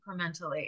incrementally